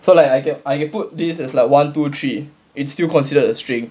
so like I can I can put this as like one two three it's still considered a string